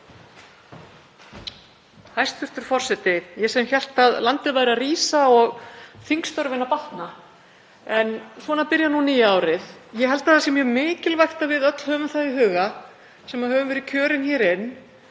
Hæstv. forseti. Ég sem hélt að landið væri að rísa og þingstörfin að batna en svona byrjar nýja árið. Ég held að það sé mjög mikilvægt að við öll höfum það í huga, sem höfum verið kjörin hér inn,